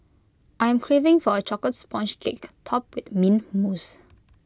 I am craving for A Chocolate Sponge Cake Topped with Mint Mousse